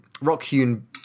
rock-hewn